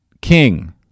King